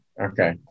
Okay